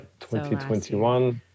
2021